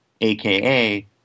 AKA